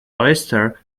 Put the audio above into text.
oyster